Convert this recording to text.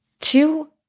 Two-